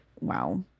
wow